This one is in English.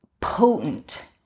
potent